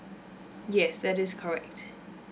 yes that is correct